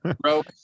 bro